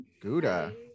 Gouda